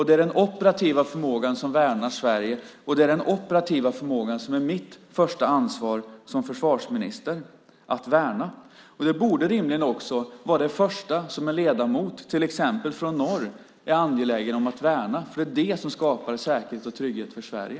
Det är den operativa förmågan som värnar Sverige, och det är den operativa förmågan som är mitt första ansvar som försvarsminister att värna. Det borde rimligen också vara det första som en ledamot, till exempel från norr, är angelägen om att värna. För det är det som skapar säkerhet och trygghet för Sverige.